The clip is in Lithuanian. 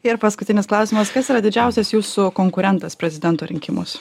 ir paskutinis klausimas kas yra didžiausias jūsų konkurentas prezidento rinkimuos